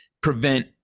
prevent